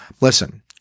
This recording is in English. Listen